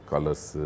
Colors